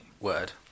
word